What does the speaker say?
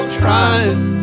trying